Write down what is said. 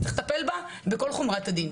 צריך לטפל בה בכל חומרת הדין.